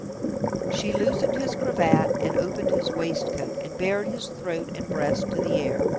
she loosened his cravat and opened his waistcoat, and bared his throat and breast to the air.